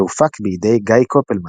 והופק בידי גיא קופלמן.